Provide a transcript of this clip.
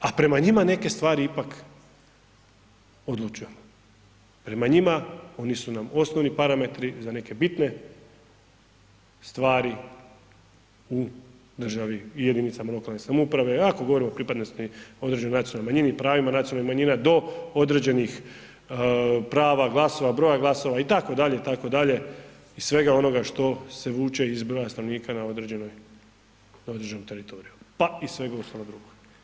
A prema njima neke stvari ipak odlučujemo, prema njima oni su nam osnovni parametri za neke bitne stvari u državi i jedinicama lokalne samouprave ako govorimo o pripadnosti određenoj nacionalnoj manjini i pravima nacionalnih manjina do određenih prava, glasova, broja glasova itd., itd. i svega onoga što se vuče iz broja stanovnika na određenom teritoriju, pa i svega ostalog drugog.